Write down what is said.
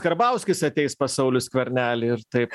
karbauskis ateis pas saulių skvernelį ir taip